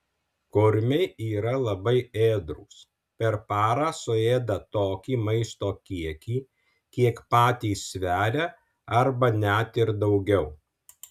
kurmiai yra labai ėdrūs per parą suėda tokį maisto kiekį kiek patys sveria arba net ir daugiau